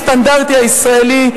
הצעיר הסטנדרטי הישראלי,